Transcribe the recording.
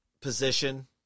position